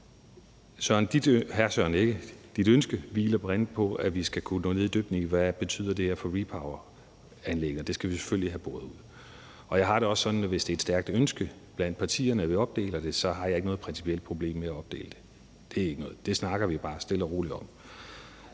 Rasmussen, dit ønske hviler bl.a. på, at vi skal kunne nå ned i dybden med, hvad det her betyder for repowering af anlæggene. Det skal vi selvfølgelig have boret ud. Jeg har det også sådan, at hvis det er et stærkt ønske blandt partierne, at vi opdeler det, har jeg ikke noget principielt problem med at opdele det. Det snakker vi bare stille og roligt om.